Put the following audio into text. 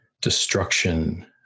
destruction